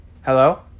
Hello